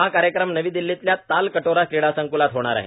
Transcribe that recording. हा कार्यक्रम नवी दिल्लीतल्या तालकटोरा क्रीडा संक्लात होणार आहे